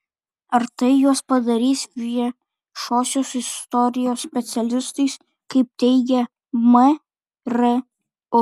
ar tai juos padarys viešosios istorijos specialistais kaip teigia mru